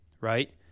right